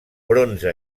bronze